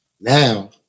now